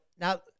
now